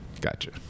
Gotcha